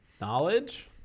knowledge